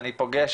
אני פוגש,